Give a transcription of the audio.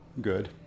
good